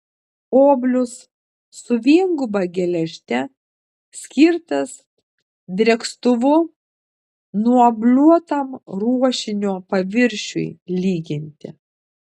oblius su vienguba geležte skirtas drėkstuvu nuobliuotam ruošinio paviršiui lyginti